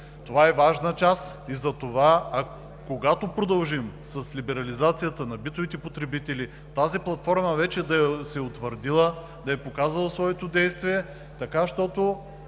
Това е важна част. Затова, когато продължим с либерализацията на битовите потребители, тази платформа вече да се е утвърдила, да е показала своето действие и